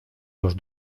los